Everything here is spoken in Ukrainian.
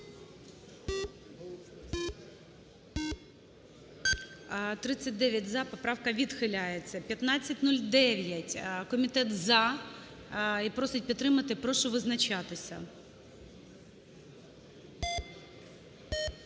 За-39 Поправка відхиляється. 1509. Комітет – за, просить підтримати. Прошу визначатися.